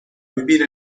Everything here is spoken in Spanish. vivir